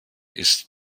ist